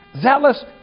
Zealous